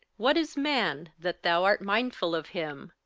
what is man, that thou art mindful of him?